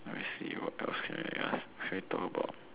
let me see what else can I ask should I talk about